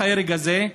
המשך ההרג הזה,